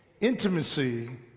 Intimacy